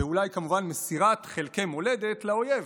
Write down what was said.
הפעולה היא, כמובן, מסירת חלקי מולדת לאויב.